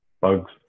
bugs